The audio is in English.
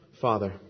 Father